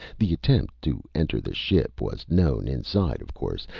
the attempt to enter the ship was known inside, of course.